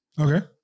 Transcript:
Okay